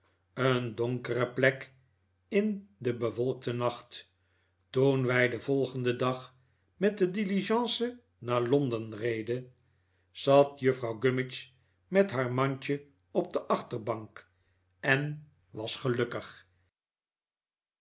een donkere plek in den bewolkten nacht toen wij den volgenden dag met de diligence naar londen reden zat juffrouw gummidge met haar mandje op de achterbank en was gelukkig